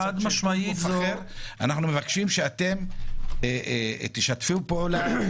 אנו מבקשים שאתם תשתפו פעולה,